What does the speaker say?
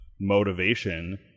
motivation